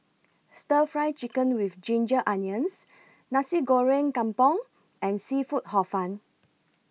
Stir Fry Chicken with Ginger Onions Nasi Goreng Kampung and Seafood Hor Fun